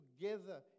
together